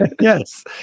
Yes